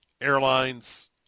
airlines